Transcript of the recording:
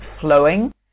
flowing